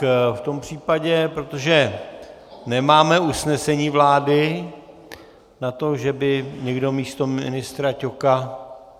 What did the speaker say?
V tom případě, protože nemáme usnesení vlády na to, že by někdo místo ministra Ťoka...